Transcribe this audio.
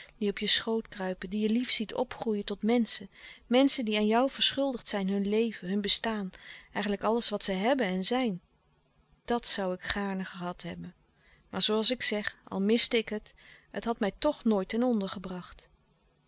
die op je schoot kruipen die je lief ziet opgroeien tot menschen menschen die aan jou verschuldigd zijn hun leven hun bestaan eigenlijk alles wat zij hebben en zijn dat zoû ik gaarne gehad hebben maar zooals ik zeg al miste ik het het had mij toch nooit ten